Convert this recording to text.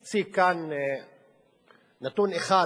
אציג כאן נתון אחד